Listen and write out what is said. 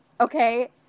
okay